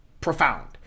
profound